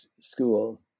school